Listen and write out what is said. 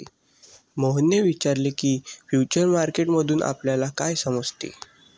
मोहनने विचारले की, फ्युचर मार्केट मधून आपल्याला काय समजतं?